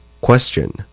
Question